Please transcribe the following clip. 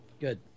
Good